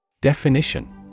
Definition